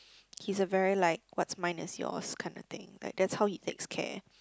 he's a very like what's mine is yours kinda thing like that's how he takes care